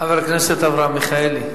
חבר הכנסת אברהם מיכאלי.